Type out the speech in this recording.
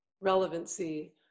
relevancy